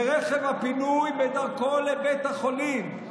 ברכב הפינוי בדרכו לבית החולים.